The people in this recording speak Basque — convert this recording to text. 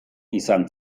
izan